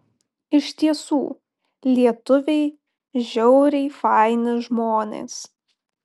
iš tiesų lietuviai žiauriai faini žmonės